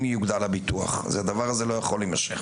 יוגדר הביטוח אז הדבר הזה לא יכול להימשך.